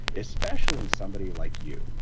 especially as somebody like you,